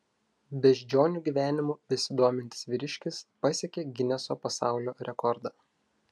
beždžionių gyvenimu besidomintis vyriškis pasiekė gineso pasaulio rekordą